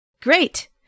Great